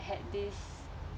had this